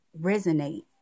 resonate